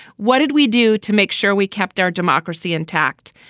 what did we do to make sure we kept our democracy intact.